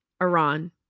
Iran